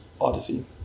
Odyssey